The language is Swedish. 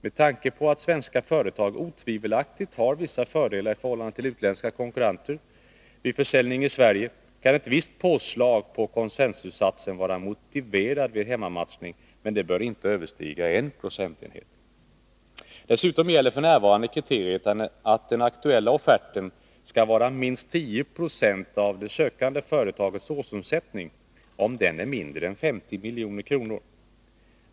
Med tanke på att svenska företag otvivelaktigt har vissa fördelar i förhållande till utländska konkurrenter vid försäljning i Sverige kan ett visst påslag på konsensussatsen vara motiverad vid hemmamatchning, men det bör inte överstiga en procentenhet. Dessutom gäller f. n. kriteriet att den aktuella offerten skall motsvara minst 10 96 av det sökande företagets årsomsättning om den är mindre än 50 milj.kr.